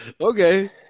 Okay